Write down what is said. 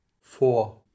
Four